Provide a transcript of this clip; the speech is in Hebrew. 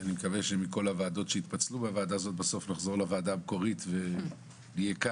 אני מקווה שהוועדה הזו תחזור להיות הוועדה המקורית שהייתה לפני הפיצול,